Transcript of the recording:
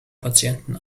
patienten